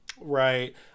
right